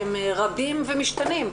הם רבים ומשתנים,